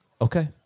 Okay